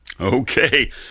okay